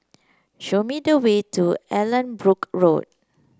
show me the way to Allanbrooke Road